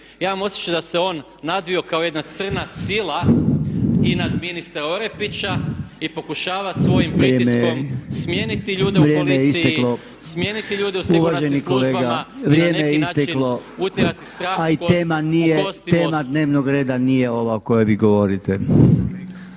Ja imam osjećaj da se on nadvio kao jedna crna sila i nad ministra Orepića i pokušava svojim pritiskom smijeniti ljude u policiji, smijeniti ljude u sigurnosnim službama a i na neki način utjerati strah u kosti MOST-u.